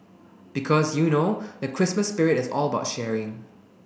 because you know the Christmas spirit is all about sharing